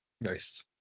nice